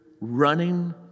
running